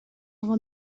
اقا